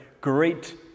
great